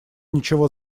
ничего